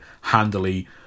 handily